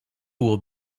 will